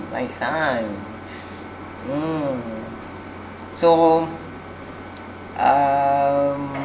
my son mm so um